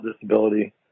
disability